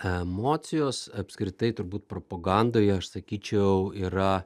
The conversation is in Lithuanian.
emocijos apskritai turbūt propagandoje aš sakyčiau yra